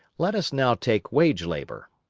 let us now take wage-labour.